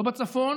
לא בצפון